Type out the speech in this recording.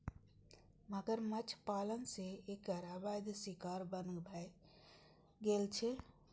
मगरमच्छ पालन सं एकर अवैध शिकार बन्न भए गेल छै